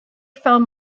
found